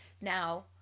Now